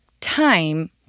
time